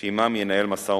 שעמם ינהל משא-ומתן.